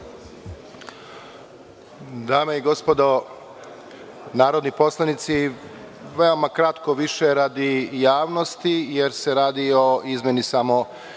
Dame i gospodo narodni poslanici, veoma kratko, više radi javnosti, jer se radi o izmeni samo